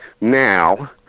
now